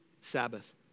Sabbath